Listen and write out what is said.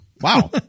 Wow